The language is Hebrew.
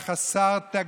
תודה רבה.